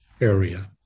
area